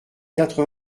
quatre